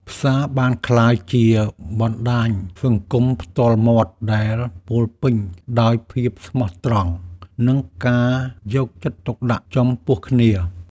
ផ្សារបានក្លាយជាបណ្ដាញសង្គមផ្ទាល់មាត់ដែលពោរពេញដោយភាពស្មោះត្រង់ និងការយកចិត្តទុកដាក់ចំពោះគ្នា។